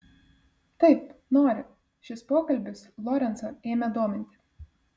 taip nori šis pokalbis lorencą ėmė dominti